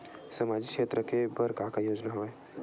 सामाजिक क्षेत्र के बर का का योजना हवय?